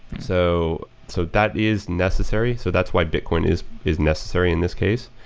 so so that is necessary. so that's why bitcoin is is necessary in this case.